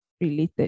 related